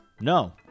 No